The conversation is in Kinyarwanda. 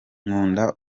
nkunda